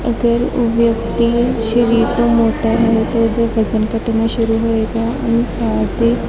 ਅਗਰ ਉਹ ਵਿਅਕਤੀ ਸਰੀਰ ਤੋਂ ਮੋਟਾ ਹੈ ਤਾਂ ਉਹਦਾ ਵਜਨ ਘੱਟਣਾ ਸ਼ੁਰੂ ਹੋਏਗਾ ਉਹਨੂੰ ਸਾਹ ਦੀ